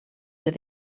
ser